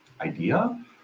idea